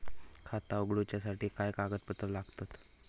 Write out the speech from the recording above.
खाता उगडूच्यासाठी काय कागदपत्रा लागतत?